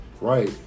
right